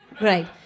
Right